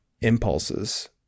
impulses